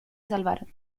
salvaron